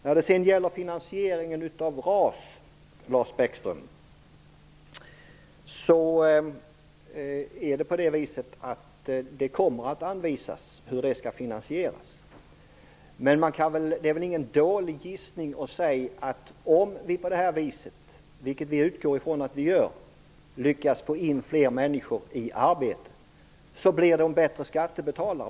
När det sedan gäller finansieringen av RAS, Lars Bäckström, kommer det att anvisas hur det skall finansieras. Men det är väl ingen dålig gissning att om vi på det här viset lyckas - vilket vi utgår ifrån att vi gör - få in fler människor i arbete blir de bättre skattebetalare.